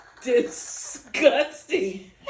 disgusting